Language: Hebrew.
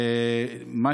כמה